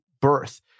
birth